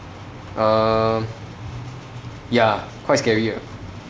um ya quite scary ah